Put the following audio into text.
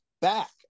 Back